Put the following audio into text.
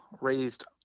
raised